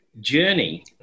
journey